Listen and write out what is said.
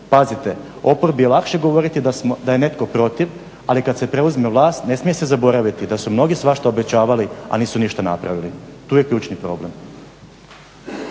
pazite, oporbi je lakše govoriti da je netko protiv, ali kada se preuzme vlast ne smije se zaboraviti da su mnogi svašta obećavali a nisu ništa napravili. Tu je ključni problem